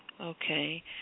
Okay